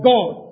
God